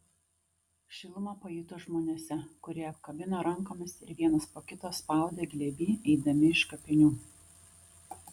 šilumą pajuto žmonėse kurie apkabino rankomis ir vienas po kito spaudė glėby eidami iš kapinių